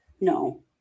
No